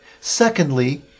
secondly